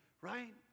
Right